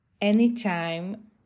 anytime